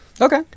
Okay